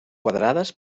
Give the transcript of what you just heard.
quadrades